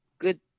good